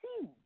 see